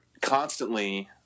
constantly